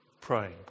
praying